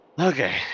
Okay